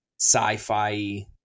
sci-fi